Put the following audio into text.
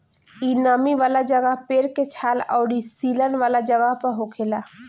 इ नमी वाला जगह, पेड़ के छाल अउरी सीलन वाला जगह पर होखेला